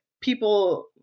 people